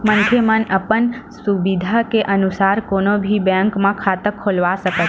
मनखे मन अपन सुबिधा के अनुसार कोनो भी बेंक म खाता खोलवा सकत हे